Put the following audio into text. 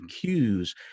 cues